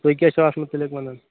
تُہۍ کیٛاہ چھِو اَتھ مُتعلق وَنان